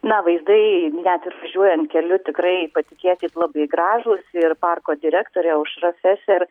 na vaizdai net važiuojant keliu tikrai patikėkit labai gražūs ir parko direktorė aušra feser